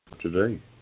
today